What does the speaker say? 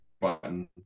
button